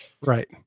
Right